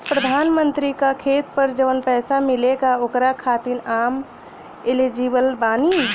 प्रधानमंत्री का खेत पर जवन पैसा मिलेगा ओकरा खातिन आम एलिजिबल बानी?